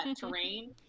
terrain